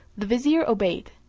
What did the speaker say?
the vizier obeyed,